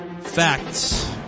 facts